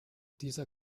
dieser